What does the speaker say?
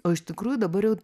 o iš tikrųjų dabar jau